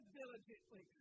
diligently